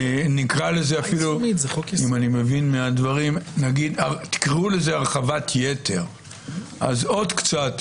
נקרא לזה אפילו אם אני מבין מהדברים --- אני מדברת על עיצומית.